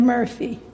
Murphy